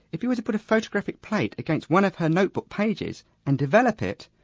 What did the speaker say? if you were to put a photographic plate against one of her notebook pages and develop it,